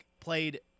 played